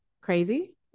crazy